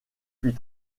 puis